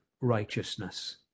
righteousness